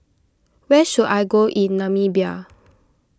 where should I go in Namibia